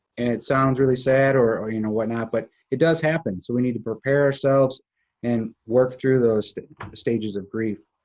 and it sounds really sad, or you know, whatnot, but it does happen, so we need to prepare ourselves and work through those stages of grief.